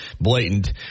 blatant